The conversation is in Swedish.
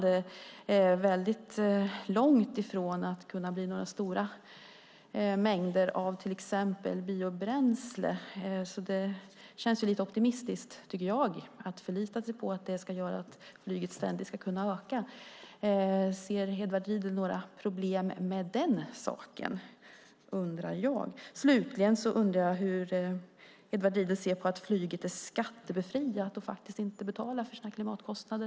Det är långt kvar tills vi har några stora mängder av till exempel biobränsle, så det verkar lite optimistiskt att förlita sig på att det ska kunna göra att flyget ständigt ska kunna öka. Ser Edward Riedl några problem med det? Slutligen undrar jag hur Edward Riedl ser på att flyget är skattebefriat och inte betalar för sina klimatkostnader.